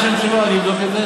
לא, לא, אני שואל, לא העוזר שלך.